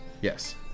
Yes